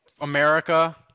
America